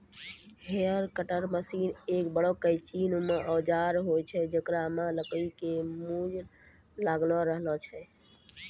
hedge cutter machine एक बड़ो कैंची नुमा औजार होय छै जेकरा मॅ लकड़ी के मूठ लागलो रहै छै